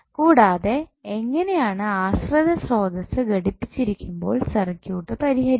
കൂടാതെ എങ്ങനെയാണ് ആശ്രിത സ്രോതസ്സ് ഘടിപ്പിച്ചിരിക്കുമ്പോൾ സർക്യൂട്ട് പരിഹരിക്കുക